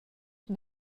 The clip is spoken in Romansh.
vid